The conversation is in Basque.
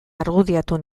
argudiatu